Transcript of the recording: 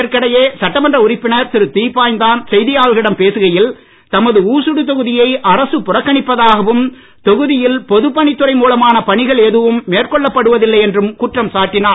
இதற்கிடையே சட்டமன்ற உறுப்பினர் திரு தீப்பாஞ்சான் செய்தியாளர்களிடம் பேசுகையில் தமது ஊசுடு தொகுதியை அரசு புறக்கணிப்பதாகவும் தொகுதியில் பொது பணித்துறை மூலமான பணிகள் எதுவும் மேற்கொள்ளப் படுவதில்லை என்றும் குற்றம் சாட்டினார்